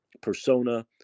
persona